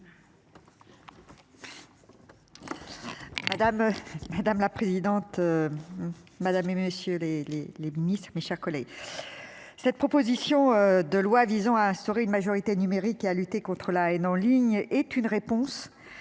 madame la présidente. Madame et messieurs les les les ministres, mes chers collègues. Cette proposition de loi visant à instaurer une majorité numérique à lutter contre la haine en ligne est une réponse